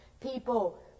people